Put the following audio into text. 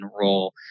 role